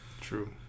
True